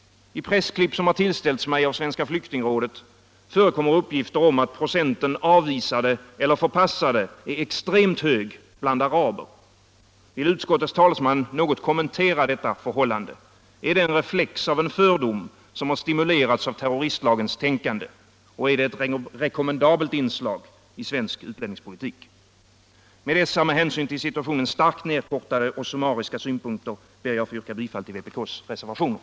I pressklipp, som har till ställts mig av Svenska flyktingrådet, förekommer uppgifter om att procenten avvisade eller förpassade är extremt hög bland araber. Vill utskottets talesman något kommentera detta förhållande? Är det en reflex av en fördom som har stimulerats av terroristlagens tänkande? Är det ett rekommendabelt inslag i svensk utlänningspolitik? Med dessa med hänsyn till situationen starkt nedkortade och summariska synpunkter ber jag att få yrka bifall till vpk:s reservationer.